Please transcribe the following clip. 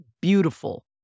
beautiful